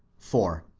four